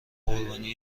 قربانی